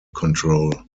control